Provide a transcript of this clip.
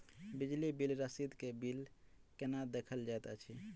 बिजली बिल रसीद मे बिल केना देखल जाइत अछि?